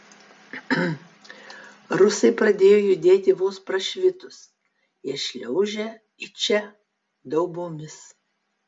rusai pradėjo judėti vos prašvitus jie šliaužia į čia daubomis